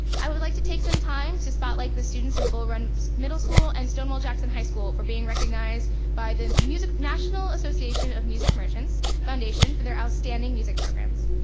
i would like to take some time to spotlight the students of bull run middle school and stonewall jackson high school for being recognized by the national association of music merchants foundation for their outstanding music programs.